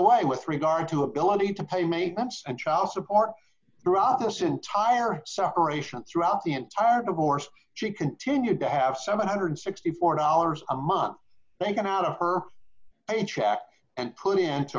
way with regard to ability to pay maintenance and child support throughout this entire separation throughout the entire two wars she continued to have seven hundred and sixty four dollars a month bacon out of her paycheck and put into